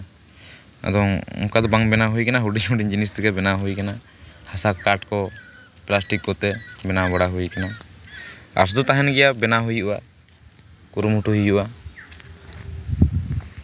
ᱟᱫᱚ ᱚᱱᱠᱟ ᱫᱚ ᱵᱟᱝ ᱵᱮᱱᱟᱣ ᱦᱩᱭᱟᱠᱟᱱᱟ ᱦᱩᱰᱤᱧ ᱦᱩᱰᱤᱧ ᱡᱤᱱᱤᱥ ᱛᱮᱜᱮ ᱵᱮᱱᱟᱣ ᱦᱩᱭ ᱠᱟᱱᱟ ᱦᱟᱥᱟ ᱠᱟᱴ ᱠᱚ ᱯᱞᱟᱥᱴᱤᱠ ᱠᱚᱛᱮ ᱵᱮᱱᱟᱣ ᱵᱟᱲᱟ ᱦᱩᱭ ᱠᱟᱱᱟ ᱟᱥ ᱫᱚ ᱛᱟᱦᱮᱱ ᱜᱮᱭᱟ ᱵᱮᱱᱟᱣ ᱦᱩᱭᱩᱜᱼᱟ ᱠᱩᱨᱩᱢᱩᱴᱩᱭ ᱦᱩᱭᱩᱜᱼᱟ